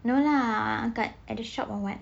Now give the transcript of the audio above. no lah dekat at the shop or what